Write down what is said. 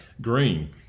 Green